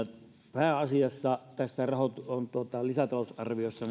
pääasiassa tässä lisätalousarviossa